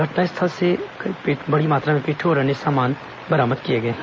घटनास्थल से बड़ी मात्रा में पिट्ठू और अन्य सामान बरामद किए गए हैं